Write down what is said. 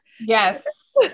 yes